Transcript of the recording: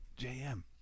JM